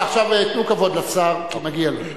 עכשיו תנו כבוד לשר, כי מגיע לו.